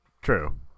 True